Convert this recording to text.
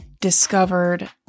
discovered